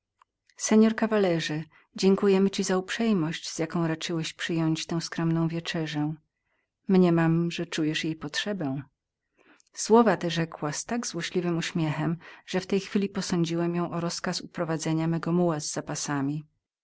kawalerze dziękujemy ci za uprzejmość z jaką raczyłeś przyjąć tę skromną wieczerzę mniemam że czujesz jej potrzebę ostatnie te słowa wyrzekła z tak złośliwym uśmiechem że w tej chwili posądziłem ją o nakazanie uprowadzenia mego muła z zapasami